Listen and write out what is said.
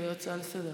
ההצעה להעביר